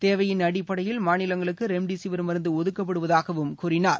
தேவையின் அடிப்படையில் மாநிலங்களுக்கு ரெம்டிசிவர் மருந்து ஒதுக்கப்படுவதாகவும் கூறினார்